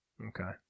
Okay